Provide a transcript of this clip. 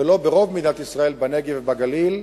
ולא מתממש ברוב מדינת ישראל, בנגב ובגליל,